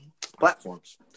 platforms